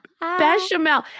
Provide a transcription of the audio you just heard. Bechamel